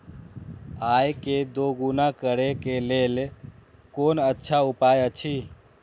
आय के दोगुणा करे के लेल कोन अच्छा उपाय अछि?